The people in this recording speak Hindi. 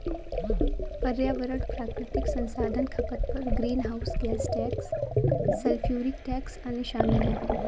पर्यावरण प्राकृतिक संसाधन खपत कर, greenhouse gas tax, sulphuric tax, अन्य शामिल हैं